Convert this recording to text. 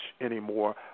anymore